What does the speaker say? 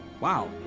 Wow